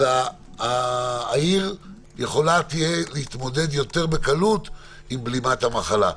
העיר תוכל להתמודד יותר בקלות עם בלימת המחלה.